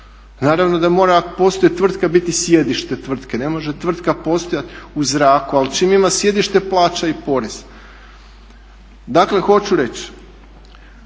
Naravno da mora ako postoji tvrtka biti i sjedište tvrtke. Ne može tvrtka postojati u zraku. Ali čim ima sjedište plaća i porez. Dakle hoću reći,